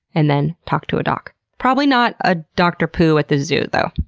and then talk to a doc. probably not a dr. poo at the zoo, though.